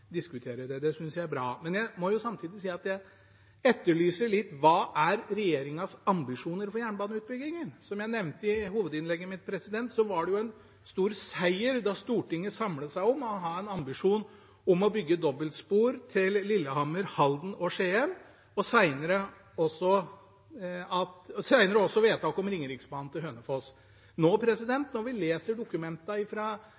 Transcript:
det. Det synes jeg er bra. Men samtidig etterlyser jeg hva som er regjeringens ambisjoner for jernbaneutbyggingen. Som jeg nevnte i hovedinnlegget mitt, var det en stor seier da Stortinget samlet seg om å ha en ambisjon om å bygge dobbeltspor til Lillehammer, Halden og Skien – senere også vedtak om Ringeriksbanen til Hønefoss. Når vi nå